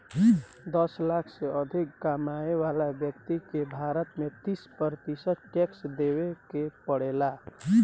दस लाख से अधिक कमाए वाला ब्यक्ति के भारत में तीस प्रतिशत टैक्स देवे के पड़ेला